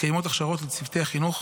מתקיימות הכשרות לצוותי החינוך